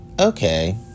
Okay